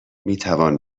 میتوان